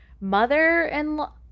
mother-in-law